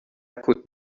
côte